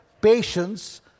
Patience